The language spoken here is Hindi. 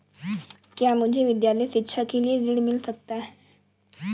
क्या मुझे विद्यालय शिक्षा के लिए ऋण मिल सकता है?